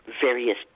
various